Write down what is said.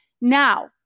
Now